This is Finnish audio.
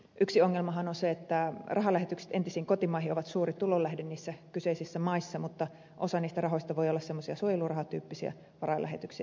yksi ongelmahan on se että rahalähetykset entisiin kotimaihin ovat suuri tulonlähde kyseisissä maissa mutta osa niistä rahoista voi olla esimerkiksi suojelurahatyyppisiä rahalähetyksiä